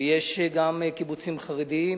והיו גם קיבוצים חרדיים.